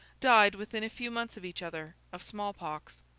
died within a few months of each other, of small pox.